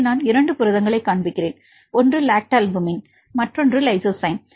இங்கே நான் 2 புரதங்களைக் காண்பிக்கிறேன் ஒன்று லாக்டல்புமின் மற்றும் லைசோசைம்